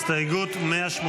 הסתייגות 180